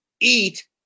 eat